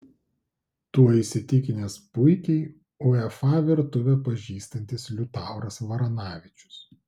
tuo įsitikinęs puikiai uefa virtuvę pažįstantis liutauras varanavičius